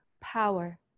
power